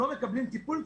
לא מקבלים טיפול,